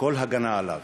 כל הגנה ממנו,